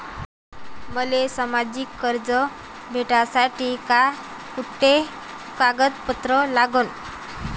मले मासिक कर्ज भेटासाठी का कुंते कागदपत्र लागन?